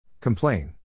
Complain